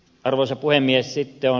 arvoisa puhemies